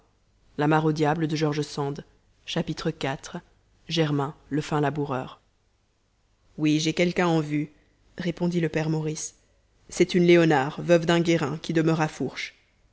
iv germain le fin laboureur oui j'ai quelqu'un en vue répondit le père maurice c'est une léonard veuve d'un guérin qui demeure à fourche